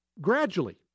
Gradually